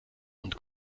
und